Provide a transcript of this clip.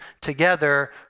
together